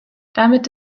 damit